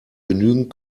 genügend